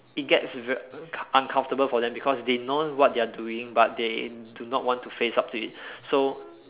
it gets very uncomfortable for them because they know what they are doing but they do not want to face up it so